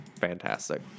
fantastic